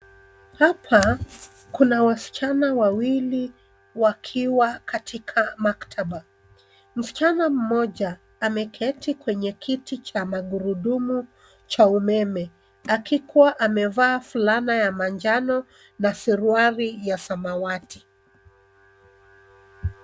Hapa kuna wasichana wawili wakiwa katika maktaba. Msichana mmoja ameketi kwenye kiti cha magurudumu cha umeme akikuwa amevaa fulana ya manjano na suruali ya samawati.